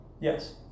Yes